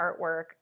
artwork